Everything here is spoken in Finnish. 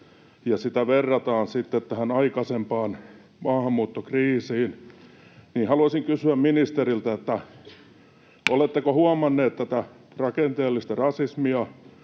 ja sitä verrataan sitten tähän aikaisempaan maahanmuuttokriisiin, niin haluaisin kysyä ministeriltä: oletteko huomannut tätä rakenteellista rasismia